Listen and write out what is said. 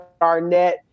Garnett